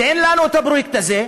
תן לנו את הפרויקט הזה,